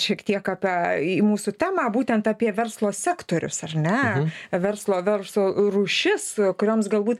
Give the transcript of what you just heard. šiek tiek apie mūsų temą būtent apie verslo sektorius ar ne verslo verslo rūšis kurioms galbūt